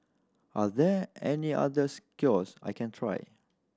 are there any others cures I can try